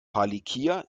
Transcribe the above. palikir